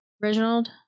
Reginald